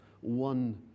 one